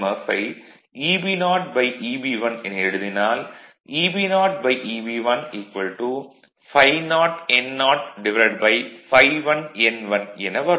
F I Eb0 Eb1 என எழுதினால் Eb0 Eb1 ∅0n0∅1n1 என வரும்